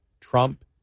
Trump